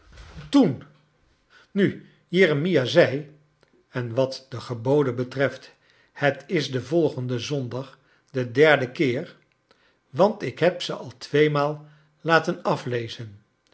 toen nu jeremia zei en wat de geboclen betreft het is den volgenden zondag de derde keer want ik heb ze al tweemaal laten aflezen